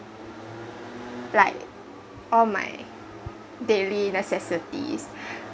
like all my daily necessities